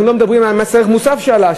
אנחנו לא מדברים על מס ערך מוסף שעלה,